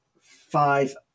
five